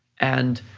and